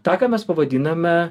tą ką mes pavadiname